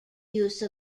use